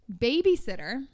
Babysitter